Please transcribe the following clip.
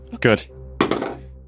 Good